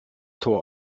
tor